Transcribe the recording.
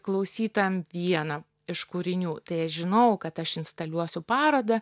klausytojam vieną iš kūrinių tai aš žinojau kad aš instaliuosiu parodą